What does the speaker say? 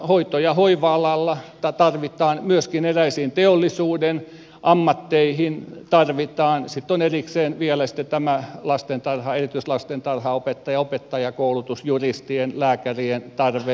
hoito ja hoiva alalla tarvitaan myöskin eräisiin teollisuuden ammatteihin tarvitaan sitten on erikseen vielä tämä lastentarhan erityislastentarhanopettajien koulutus opettajakoulutus juristien lääkärien tarve